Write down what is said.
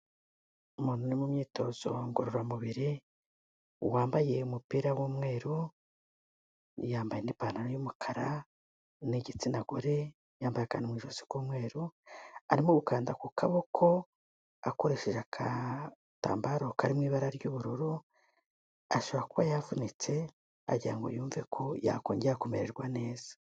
Umuntu uri mu myitozo ngororamubiri wambaye umupira w'umweru, yambaye n'ipantaro y'umukara, ni igitsina gore, yambaye akantu mu ijosi k'umweru, arimo gukanda ku kaboko akoresheje agatambaro kari mu ibara ry'ubururu, ashobora kuba yavunitse agira ngo yumve ko yakongera kumererwa neza.